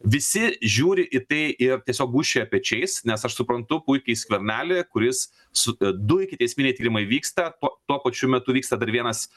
visi žiūri į tai ir tiesiog gūžčioja pečiais nes aš suprantu puikiai skvernelį kuris su du ikiteisminiai tyrimai vyksta to tuo pačiu metu vyksta dar vienas